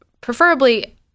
preferably